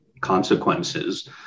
consequences